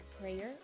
prayer